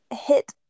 hit